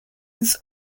his